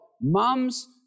mum's